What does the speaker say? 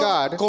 God